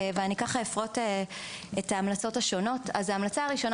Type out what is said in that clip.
ואני אפרוט את ההמלצות השונות: ההמלצה הראשונה